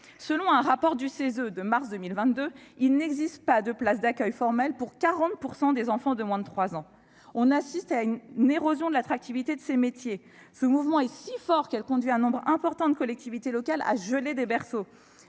environnemental (CESE) de mars 2022, il n'existe pas de places d'accueil formel pour 40 % des enfants de moins de trois ans. Nous assistons à une érosion de l'attractivité de ces métiers, un mouvement si fort qu'il conduit un nombre important de collectivités locales à « geler » des berceaux.